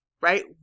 right